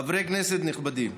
חברי כנסת נכבדים,